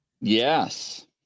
Yes